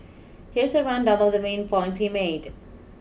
here's a rundown of the main points he made